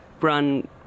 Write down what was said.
run